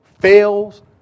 fails